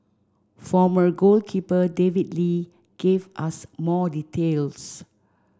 former goalkeeper David Lee gave us more details